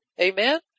Amen